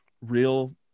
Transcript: real